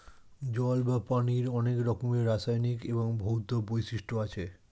জল বা পানির অনেক রকমের রাসায়নিক এবং ভৌত বৈশিষ্ট্য আছে